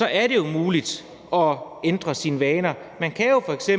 er det jo muligt at ændre sine vaner, for man kan jo f.eks.